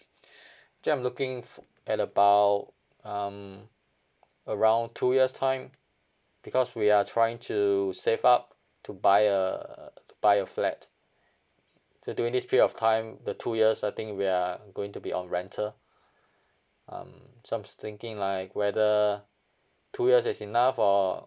actually I'm looking for at about um around two years time because we are trying to save up to buy a buy a flat so during this period of time the two years I think we are going to be on rental um so I'm just thinking like whether two years is enough or